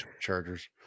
Chargers